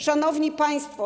Szanowni Państwo!